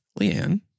Leanne